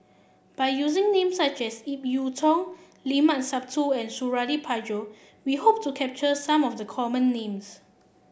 by using names such as Ip Yiu Tung Limat Sabtu and Suradi Parjo we hope to capture some of the common names